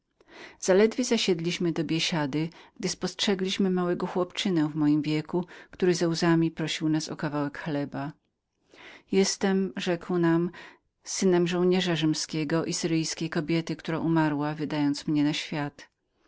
zaledwie zaczęliśmy pożywać naszą biesiadę gdy spostrzegliśmy małego chłopczynę w moim wieku który ze łzami prosił nas o kawałek chleba jestem rzekł nam synem żołnierza rzymskiego i syryjskiej kobiety która umarła wydając mnie na świat